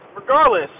Regardless